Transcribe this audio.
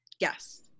Yes